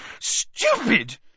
stupid